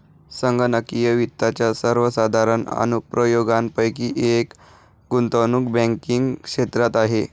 संगणकीय वित्ताच्या सर्वसाधारण अनुप्रयोगांपैकी एक गुंतवणूक बँकिंग क्षेत्रात आहे